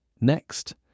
Next